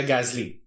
Gasly